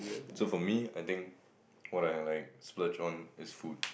so for me I think what I like super drawn is food